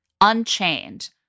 unchained